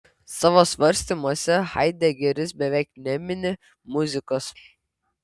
savo svarstymuose haidegeris beveik nemini muzikos